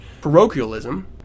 parochialism